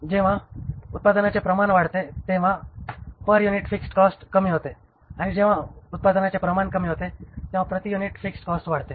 जेव्हा उत्पादनाचे प्रमाणे वाढते तेव्हा पर युनिट फिक्स्ड कॉस्ट कमी होते आणि जेव्हा उत्पादनाचे प्रमाणे कमी होते तेव्हा प्रति युनिट फिक्स्ड कॉस्ट वाढते